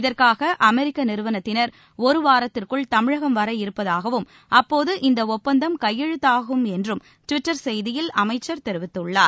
இதற்காக அமெரிக்க நிறுவனத்தினர் ஒரு வாரத்திற்குள் தமிழகம் வர இருப்பதாகவும் அப்போது இந்த ஒப்பந்தம் கையெழுத்தாகும் என்றும் ட்விட்டர் செய்தியில் அமைச்சர் தெரிவித்துள்ளார்